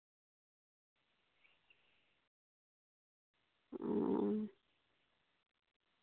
ᱚ